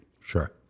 sure